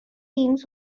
beams